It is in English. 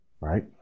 right